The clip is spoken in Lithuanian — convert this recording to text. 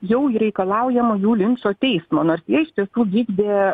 jau reikalaujama jų linčo teismo nors jie iš tiesų vykdė